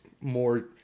more